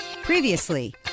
Previously